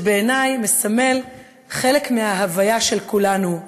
שבעיניי מסמל חלק מההוויה של כולנו,